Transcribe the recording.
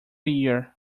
year